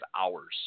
hours